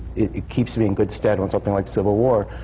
it keeps you in good stead on something like civil war,